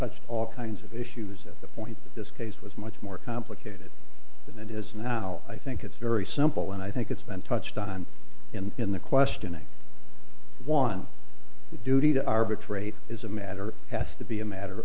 touched all kinds of issues at the point this case was much more complicated than it is now i think it's very simple and i think it's been touched on in the questioning one duty to arbitrate is a matter has to be a matter